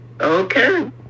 Okay